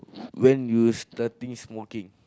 when you starting smoking